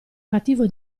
cattivo